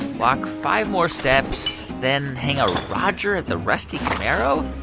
walk five more steps, then hang a roger at the rusty camaro?